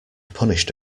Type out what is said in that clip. punished